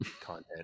content